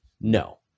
No